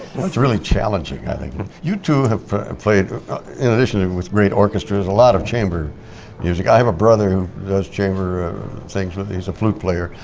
really challenging i think. you two have played in addition and with great orchestras, a lot of chamber music i have a brother who does chamber things with he's a flute player.